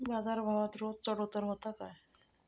बाजार भावात रोज चढउतार व्हता काय?